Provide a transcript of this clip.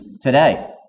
today